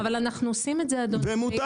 אבל אנחנו עושים את זה אדוני ביחד עם